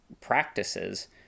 practices